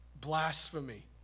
Blasphemy